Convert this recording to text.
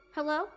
Hello